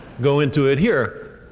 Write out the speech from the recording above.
go into it here.